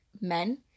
men